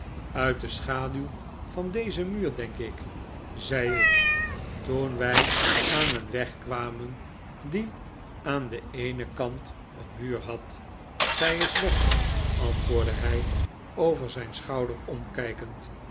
uit de schaduw van dezen muur denk ik zei ik toen wij aan een weg kwamen die aan den eenen kant een muur had zij is weg i antwoordde hij over zijn schouder omkijkend